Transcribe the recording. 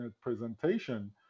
presentation